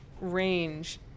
range